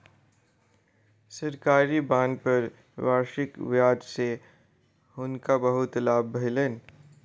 सरकारी बांड पर वार्षिक ब्याज सॅ हुनका बहुत लाभ भेलैन